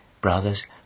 Brothers